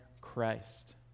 Christ